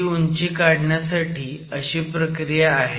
ही उंची काढण्यासाठी अशी प्रक्रिया आहे